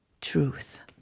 truth